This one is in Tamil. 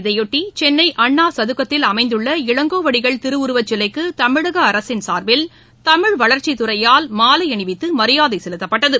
இதையொட்டி சென்னை அண்ணா சதுக்கத்தில் அமைந்துள்ள இளங்கோவடிகள் திருவுருவச்சிலைக்கு தமிழக அரசின் சார்பில் தமிழ் வளர்ச்சித்துறையால் மாலை அணிவித்து மரியாதை செலுத்தப்பட்டது